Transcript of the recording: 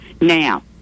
Now